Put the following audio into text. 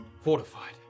Fortified